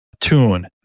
tune